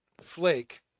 flake